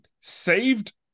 saved